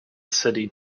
city